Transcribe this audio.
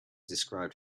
described